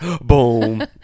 Boom